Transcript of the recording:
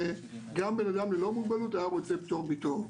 גם בן אדם ללא מוגבלות היה רוצה פטור מתור,